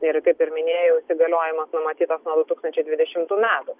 ir kaip ir minėjau įsigaliojimas numatytas nuo du tūkstančiai dvidešimtų metų